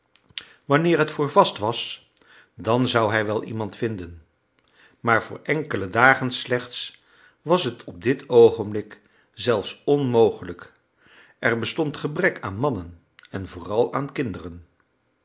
wanneer het voor vast was dan zou hij wel iemand vinden maar voor enkele dagen slechts was het op dit oogenblik zelfs onmogelijk er bestond gebrek aan mannen en vooral aan kinderen